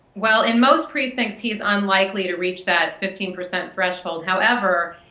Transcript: well, in most precinct, he is unlikely to reach that fifteen percent threshold. however,